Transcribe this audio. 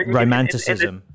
romanticism